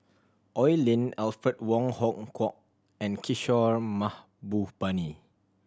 Oi Lin Alfred Wong Hong Kwok and Kishore Mahbubani